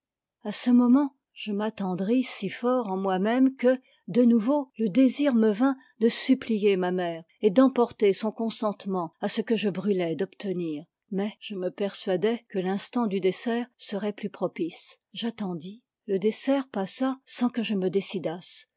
a ce moment je m'attendris si fort en moi-même que de nouveau le désir me vint de supplier ma mère et d'emporter son consentement à ce que je brûlais d'obtenir mais je me persuadai que l'instant du dessert serait plus propice j'attendis le dessert passa sans que je me décidasse